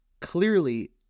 clearly